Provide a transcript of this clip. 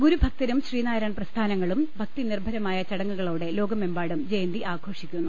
ഗുരുഭക്തരും Sreenarayana പ്രസ്ഥാനങ്ങളും ഭക്തിനിർഭരമായ ചടങ്ങുകളോടെ ലോക മെമ്പാടും ജയന്തി ആഘോഷിക്കും